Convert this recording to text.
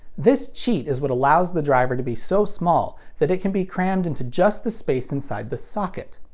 this cheat is what allows the driver to be so small that it can be crammed into just the space inside the socket.